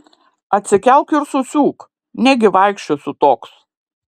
atsikelk ir susiūk negi vaikščiosiu toks